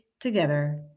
together